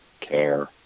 care